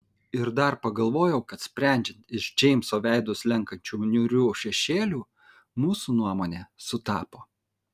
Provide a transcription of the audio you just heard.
ir dar pagalvojau kad sprendžiant iš džeimso veidu slenkančių niūrių šešėlių mūsų nuomonė sutapo